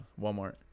Walmart